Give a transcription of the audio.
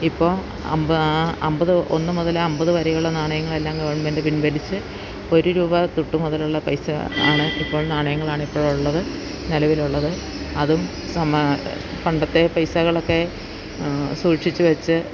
ഇപ്പോൾ അൻപത് ഒന്ന് മുതൽ അൻപത് വരെയുള്ള നാണയങ്ങൾ എല്ലാം ഗവൺമെൻറ്റ് പിൻവലിച്ച് ഒരു രൂപ തൊട്ട് മുതലുള്ള പൈസ ആണ് ഇപ്പോൾ നാണയങ്ങളാണ് ഇപ്പോഴുള്ളത് നിലവിൽ ഉള്ളത് അതും നമ്മൾ പണ്ടത്തെ പൈസകളൊക്കെ സൂക്ഷിച്ച് വെച്ച്